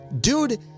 dude